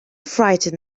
frighten